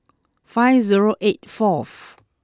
five zero eight forth